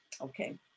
okay